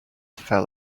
fell